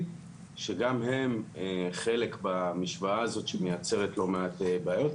שגם הם חלק במשוואה הזאת שמייצרת לא מעט בעיות.